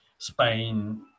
Spain